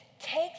Take